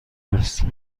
است